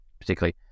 particularly